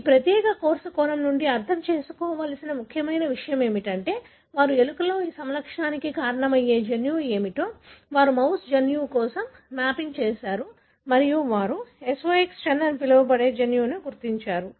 ఈ ప్రత్యేక కోర్సు కోణం నుండి అర్థం చేసుకోవలసిన ముఖ్యమైన విషయం ఏమిటంటే వారు ఎలుకలో ఈ సమలక్షణానికి కారణమయ్యే జన్యువు ఏమిటో వారు మౌస్ జన్యువు కోసం మ్యాపింగ్ చేసారు మరియు వారు SOX10 అని పిలువబడే జన్యువును గుర్తించారు